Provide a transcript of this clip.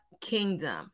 kingdom